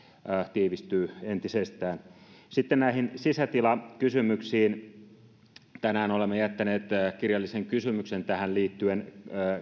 tiivistyy entisestään sitten näihin sisätilakysymyksiin tänään olemme jättäneet kirjallisen kysymyksen sisätilaongelmiin liittyen